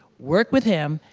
work with him,